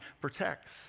protects